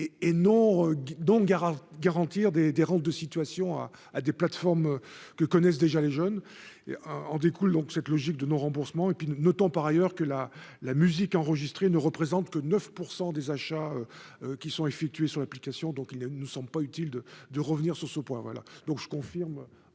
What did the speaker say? garage, garantir des des rentes de situation à à des plateformes que connaissent déjà les jeunes en découle donc cette logique de non remboursement et puis notons par ailleurs que la la musique enregistrée ne représentent que 9 % des achats qui sont effectués sur l'application, donc il ne nous sont pas utile de de revenir sur ce point, voilà donc je confirme